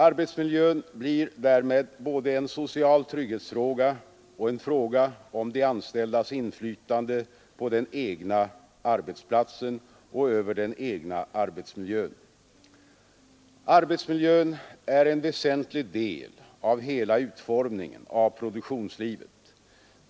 Arbetsmiljön blir därmed både en social trygghetsfråga och en fråga om de anställdas inflytande på den egna arbetsplatsen och över den egna arbetsmiljön. Arbetsmiljön är en väsentlig del av hela utformningen av produktionslivet.